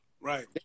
Right